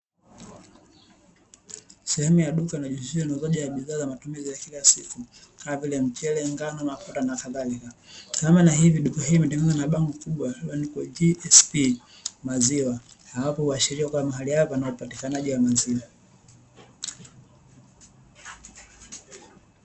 Sehemu ya duka linalojihusisha na uzaji wa bidhaa za kila siku kama vile mchele, ngano, mafuta na kadhalika, sambamba na hivi duka hili limetengenezwa na bango kubwa lililoandikwa “GSP” maziwa ambapo huwashiria kuwa mahali hapa panaupatikanaji wa maziwa.